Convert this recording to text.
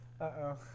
Uh-oh